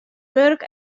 wurk